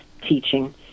teaching